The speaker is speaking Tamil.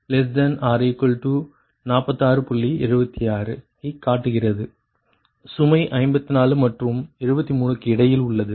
76 ஐ காட்டுகிறது சுமை 54 மற்றும் 73 க்கு இடையில் உள்ளது